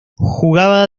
jugaba